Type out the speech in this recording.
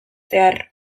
zehar